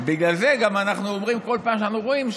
ובגלל זה אנחנו גם אומרים כל פעם שאנו רואים,